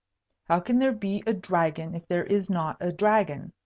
how can there be a dragon if there is not a dragon?